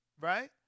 right